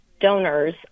donors